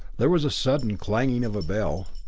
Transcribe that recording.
there was a sudden clanging of a bell,